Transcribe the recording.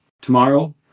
tomorrow